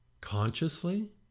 consciously